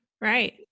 right